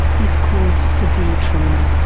this caused severe trauma.